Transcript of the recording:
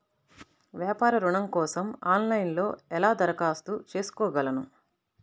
వ్యాపార ఋణం కోసం ఆన్లైన్లో ఎలా దరఖాస్తు చేసుకోగలను?